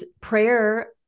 prayer